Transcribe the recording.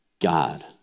God